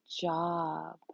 job